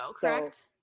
Correct